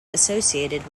associated